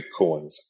Bitcoins